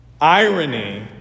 irony